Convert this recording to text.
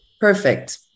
Perfect